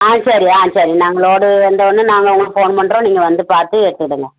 ஆ சரி ஆ சரி நாங்கள் லோடு வந்தோடனே நாங்கள் உங்களுக்கு ஃபோன் பண்ணுறோம் நீங்கள் வந்து பார்த்து எடுத்துடலாம்